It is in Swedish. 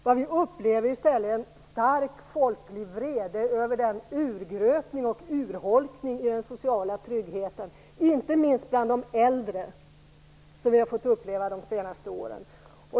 Vi upplever i stället en stark folklig vrede över den urgröpning och urholkning av den sociala tryggheten, inte minst bland de äldre, som har skett de senaste åren.